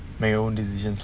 make her own decisions